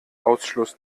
ausschluss